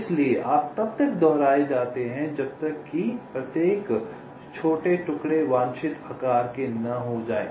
इसलिए आप तब तक दोहराए जाते हैं जब तक कि प्रत्येक छोटे टुकड़े वांछित आकार के न हो जाएं